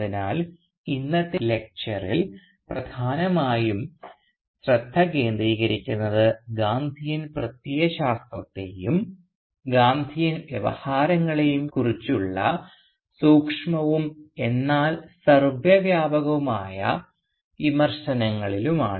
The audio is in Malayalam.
അതിനാൽ ഇന്നത്തെ ലക്ചറിൽ പ്രധാനമായും ശ്രദ്ധ കേന്ദ്രീകരിക്കുന്നത് ഗാന്ധിയൻ പ്രത്യയശാസ്ത്രത്തെയും ഗാന്ധിയൻ വ്യവഹാരങ്ങളെയും കുറിച്ചുള്ള സൂക്ഷ്മവും എന്നാൽ സർവവ്യാപകവുമായ വിമർശനങ്ങളിലുമാണ്